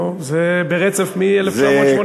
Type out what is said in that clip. נו, זה ברצף מ-1984.